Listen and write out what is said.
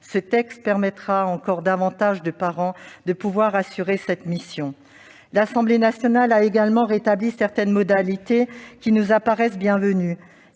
de loi permettra à encore plus de parents de remplir une telle mission. L'Assemblée nationale a également rétabli certaines modalités qui nous apparaissent bienvenues.